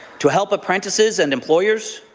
to help apprentices and employers,